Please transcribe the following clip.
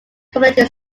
community